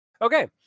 Okay